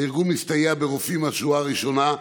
הארגון מסתייע ברופאים מהשורה הראשונה,